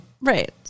Right